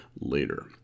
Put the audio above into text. later